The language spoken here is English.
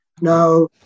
now